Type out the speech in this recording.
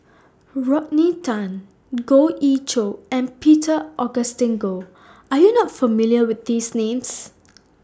Rodney Tan Goh Ee Choo and Peter Augustine Goh Are YOU not familiar with These Names